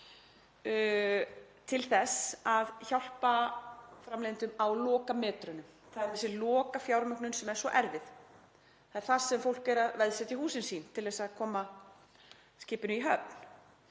til þess að hjálpa framleiðendum á lokametrunum, það er þessi lokafjármögnun sem er svo erfið. Það er þar sem fólk er að veðsetja húsin sín, til að koma skipinu í höfn.